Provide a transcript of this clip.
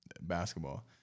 basketball